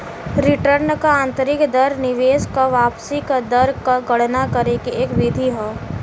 return क आंतरिक दर निवेश क वापसी क दर क गणना करे के एक विधि हौ